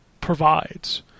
provides